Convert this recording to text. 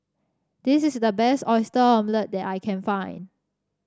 this is the best Oyster Omelette that I can find